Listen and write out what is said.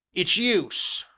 it's use!